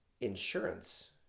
insurance